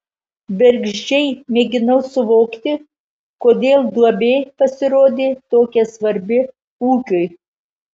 bergždžiai mėginau suvokti kodėl duobė pasirodė tokia svarbi ūkiui